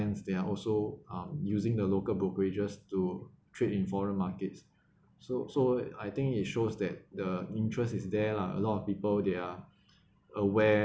they are also um using the local brokerages to trade in foreign markets so so I think it shows that the interest is there lah a lot of people they are aware